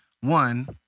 one